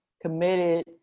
committed